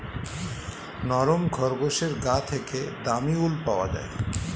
নরম খরগোশের গা থেকে দামী উল পাওয়া যায়